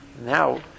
now